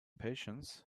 patience